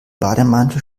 bademantel